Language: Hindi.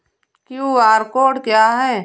क्यू.आर कोड क्या है?